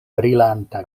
brilanta